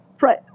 Right